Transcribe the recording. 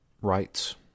rights